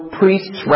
priests